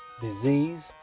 disease